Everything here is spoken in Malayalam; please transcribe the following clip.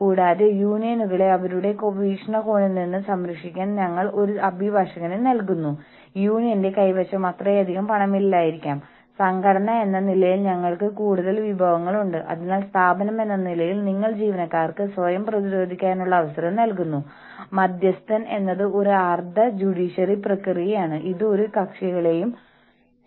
മാനേജ്മെന്റ് യൂണിയൻ അടിച്ചമർത്തൽ സമീപനം ഉപയോഗിക്കുന്നത് എന്ത് വിലകൊടുത്തും യൂണിയൻവൽക്കരണം ഒഴിവാക്കാൻ ആഗ്രഹിക്കുമ്പോഴാണ് കൂടാതെ അതിന്റെ ജീവനക്കാർക്ക് ശരിയായ കാര്യം ചെയ്യാൻ ശ്രമിക്കുന്നതിനായി യാതൊരു ഭാവവും ഉണ്ടാക്കാത്തപ്പോഴാണ്